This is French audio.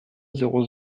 zéro